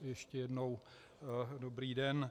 Ještě jednou dobrý den.